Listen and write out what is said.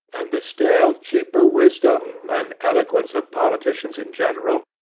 and the still cheaper wisdom and eloquence of politicians in general,